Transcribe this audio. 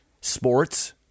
sports